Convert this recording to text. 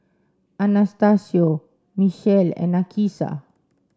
Anastacio Mechelle and Nakisha